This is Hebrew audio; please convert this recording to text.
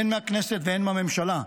הן מהכנסת והן מהממשלה.